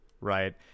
right